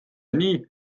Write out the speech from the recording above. nii